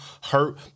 hurt